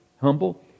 humble